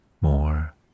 more